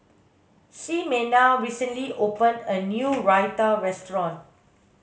Ximena recently opened a new Raita restaurant